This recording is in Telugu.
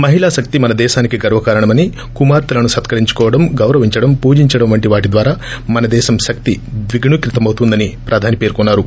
మహిళా శక్తి మన దేశానికి గర్వకారణమని కుమార్తెలను ్ సత్కరించుకోవడం గౌరవించడం పూజించడం వంటి వాటి ద్వారా మన దేశం ేశక్తి ద్విగుణీకృతమవుతుందని ప్రధాని పేర్కొన్నారు